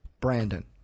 Brandon